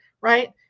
right